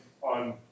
on